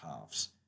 halves